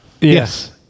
Yes